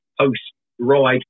post-ride